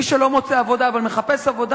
מי שלא מוצא עבודה אבל מחפש עבודה,